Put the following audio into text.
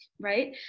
right